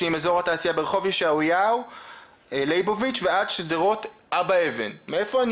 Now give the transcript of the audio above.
אזור התעשייה ברחוב ישעיהו ליבוביץ' ועד שדרות אבא אבן" מאיפה אני